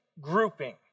grouping